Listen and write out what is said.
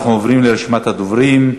אנחנו עוברים לרשימת הדוברים.